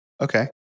Okay